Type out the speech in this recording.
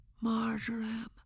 marjoram